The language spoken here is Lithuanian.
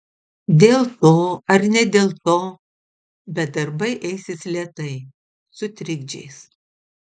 dėl to ar ne dėl to bet darbai eisis lėtai su trikdžiais